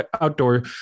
outdoor